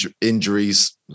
injuries